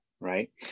Right